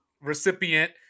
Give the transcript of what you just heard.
recipient